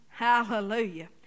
Hallelujah